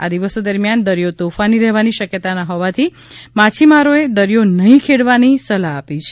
આ દિવસો દરમિયાન દરિયો તોફાની રહેવાની શકયતના હોવાથી માછીમારોને દરિયો નહી ખેડવાની સલાહ અપાઇ છે